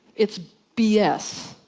it's b. s.